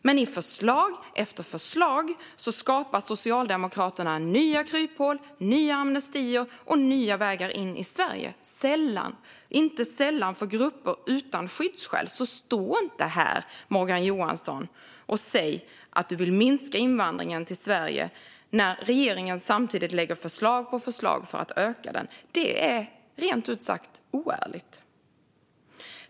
Samtidigt skapar Socialdemokraterna i förslag efter förslag nya kryphål, nya amnestier och nya vägar in i Sverige, inte sällan för grupper utan skyddsskäl. Stå inte här, Morgan Johansson, och säg att du vill minska invandringen till Sverige när regeringen samtidigt lägger fram förslag på förslag för att öka den! Det är rent ut sagt oärligt.